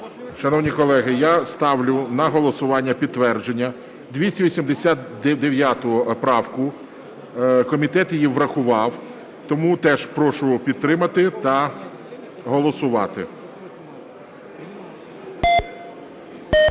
Шановні колеги, я ставлю на голосування підтвердження 289 правку. Комітет її врахував. Тому теж прошу підтримати та голосувати.